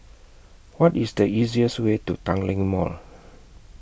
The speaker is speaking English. What IS The easiest Way to Tanglin Mall